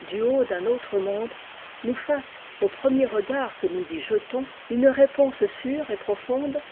du haut d'un autre monde nous fasse au premier regard que nous y jetons une réponse sûre et profonde